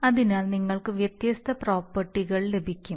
അതിനാൽ നിങ്ങൾക്ക് വ്യത്യസ്ത പ്രോപ്പർട്ടികൾ ലഭിക്കും